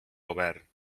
govern